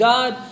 God